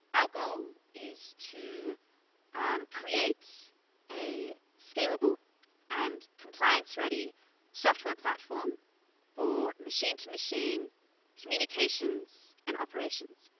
our goal is to um create a scalable and compliance-ready software platform for machine-to-machine communications and operations.